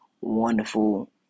wonderful